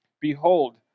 behold